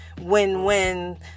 win-win